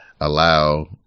allow